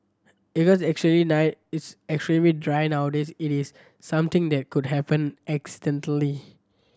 actually night it's extremely dry nowadays it is something that could happened accidentally